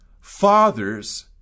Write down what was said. fathers